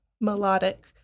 melodic